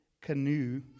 canoe